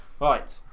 Right